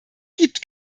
gibt